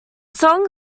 song